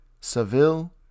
Seville